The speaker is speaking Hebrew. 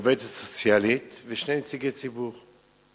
מעובדת סוציאלית ושני נציגי ציבור.